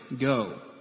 go